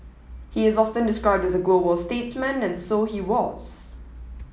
he is often described as a global statesman and so he was